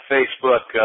Facebook